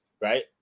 right